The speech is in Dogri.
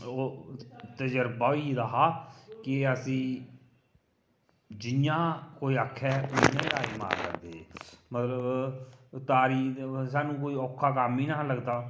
ओह् तजरबा होई दा हा कि असी जि'यां कोई आखै उ'आं गै तारी मारी लैंदे हे मतलब तारी सानूं कोई औखा कम्म ई निं हा लगदा